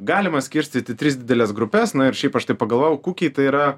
galima skirstyt į tris dideles grupes na ir šiaip aš taip pagalvojau kukiai tai yra